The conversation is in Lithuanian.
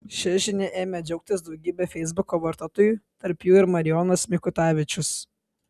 šia žinia ėmė džiaugtis daugybė feisbuko vartotojų tarp jų ir marijonas mikutavičius